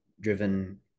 driven